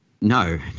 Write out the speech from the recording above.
No